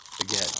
again